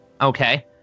Okay